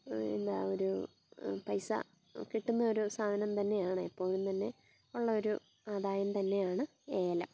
എന്താ ഒരു പൈസ കിട്ടുന്നൊരു സാധനം തന്നെയാണ് എപ്പോഴും തന്നെ ഉള്ളൊരു ആദായം തന്നെയാണ് ഏലം